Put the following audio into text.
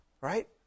Right